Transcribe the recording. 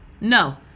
No